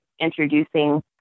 introducing